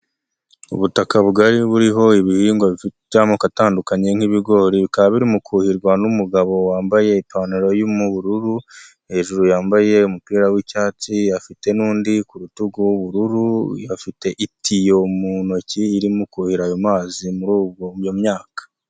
Ubutaka bugari buriho ibihingwa bifite amoko agiye atandukanye nk'ibigori bikaba biri mu kuhirwa n'umugabo wambaye ipantaro y'ubururu hejuru yambaye umupira w'icyatsi afite n'undi ku rutugu w'ubururu afite itiyo mu ntoki irimo kuhira ayo mazi muri ubwo iyo myaka.